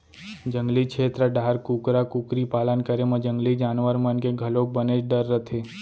जंगली छेत्र डाहर कुकरा कुकरी पालन करे म जंगली जानवर मन के घलोक बनेच डर रथे